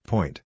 Point